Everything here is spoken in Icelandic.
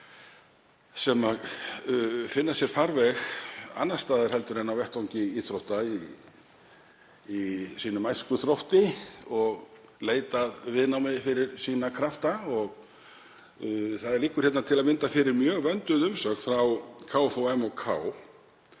sem finna sér farveg annars staðar en á vettvangi íþrótta í sínum æskuþrótti og leita að viðnámi fyrir sína krafta. Það liggur til að mynda fyrir mjög vönduð umsögn frá KFUM og